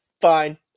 fine